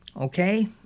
Okay